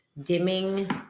dimming